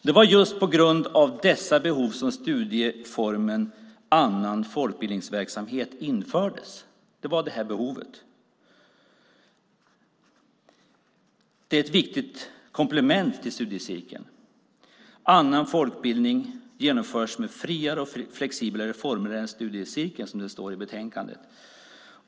Det var just på grund av detta behov som studieformen annan folkbildningsverksamhet infördes. Den är ett viktigt komplement till studiecirkeln. Annan folkbildning genomförs med friare och flexiblare former än i studiecirkeln, som det står i betänkandet.